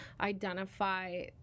identify